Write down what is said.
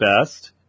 best